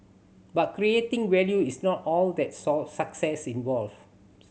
but creating value is not all that success involves